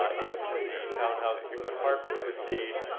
ah if the townhouses and apartments proceed,